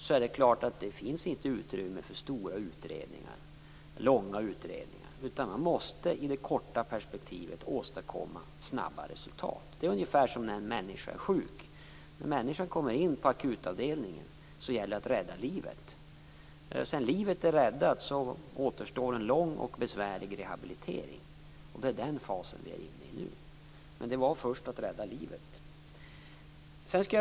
Det är klart att det då inte fanns utrymme för stora och långa utredningar. I en sådan situation måste man i det korta perspektivet åstadkomma snabba resultat. Det är ungefär som när en människa är sjuk. När en människa kommer in på akutavdelningen gäller det att rädda livet. Sedan livet är räddat återstår en lång och besvärlig rehabilitering. Det är den fasen som vi nu är inne i. Men det gällde först att rädda livet.